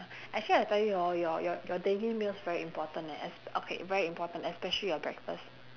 actually I tell you hor your your your daily meals very important eh esp~ okay very important especially your breakfast